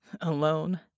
Alone